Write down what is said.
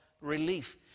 relief